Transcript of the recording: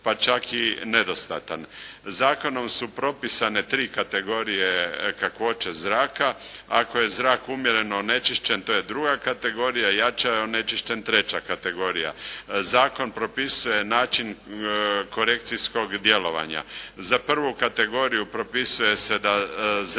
pa čak i nedostatan. Zakonom su propisane tri kategorije kakvoće zraka. Ako je zrak umjereno onečišćen to je II. kategorija, jače onečišćen III. kategorija. Zakon propisuje način korekcijskog djelovanja. Za I. kategoriju propisuje se da zrak